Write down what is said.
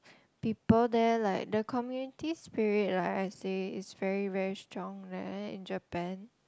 people there like the community spirit like I say is very very strong right in Japan